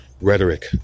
rhetoric